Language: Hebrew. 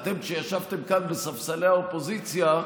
אתם, כשישבתם כאן, בספסלי האופוזיציה,